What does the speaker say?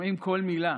שומעים כל מילה.